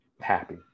happy